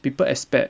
people expect